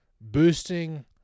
boosting